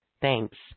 Thanks